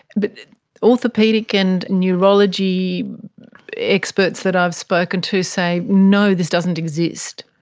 but orthopaedic and neurology experts that i've spoken to say, no, this doesn't exist.